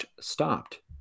stopped